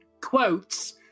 quotes